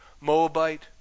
Moabite